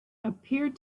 appeared